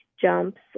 jumps